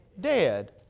dead